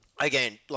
Again